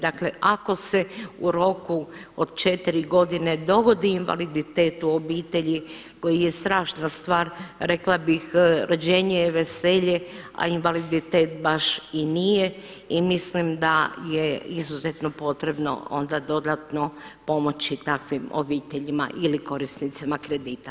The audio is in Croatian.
Dakle, ako se u roku četiri godine dogodi invaliditet u obitelji koja je strašna stvar, rekla bih rođenje je veselje, a invaliditet baš i nije i mislim da je izuzetno potrebno onda dodatno pomoći takvim obiteljima ili korisnicima kredita.